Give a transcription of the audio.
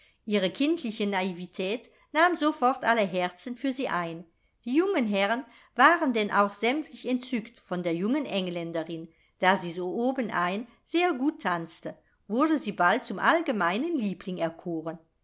ihre kindliche naivetät nahm sofort alle herzen für sie ein die jungen herren waren denn auch sämtlich entzückt von der jungen engländerin und da sie obenein sehr gut tanzte wurde sie bald zum allgemeinen liebling erkoren